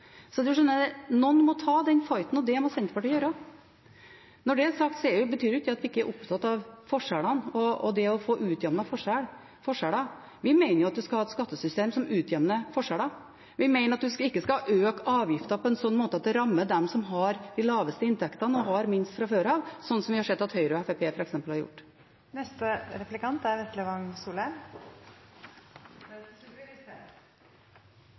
Så du skjønner at noen må ta den fighten, og det må Senterpartiet gjøre. Når det er sagt, betyr ikke det at vi ikke er opptatt av forskjellene og det å få utjevnet forskjeller. Vi mener at vi skal ha et skattesystem som utjevner forskjeller. Vi mener at vi ikke skal øke avgiftene på en slik måte at det rammer dem som har de laveste inntektene og har minst fra før, slik vi har sett at Høyre og Fremskrittspartiet f.eks. har